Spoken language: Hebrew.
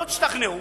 לא תשתכנעו?